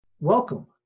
Welcome